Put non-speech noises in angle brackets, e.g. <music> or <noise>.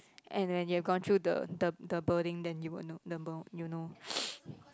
and then you have gone through the the the birthing then you will know you know <noise>